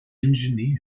engineer